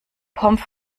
pommes